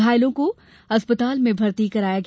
घायलों को अस्पताल में भर्ती कराया गया